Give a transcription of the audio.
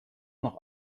nach